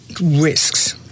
risks